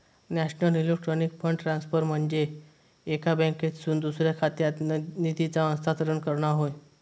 national electronic fund transfer म्हनजे एका बँकेतसून दुसऱ्या खात्यात निधीचा हस्तांतरण करणा होय